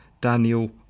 Daniel